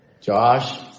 Josh